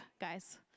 guys